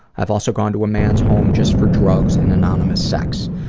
i've also gone to a man's home just for drugs and anonymous sex.